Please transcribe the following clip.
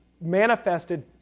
manifested